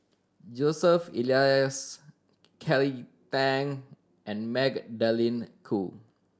Joseph Elias Kelly Tang and Magdalene Khoo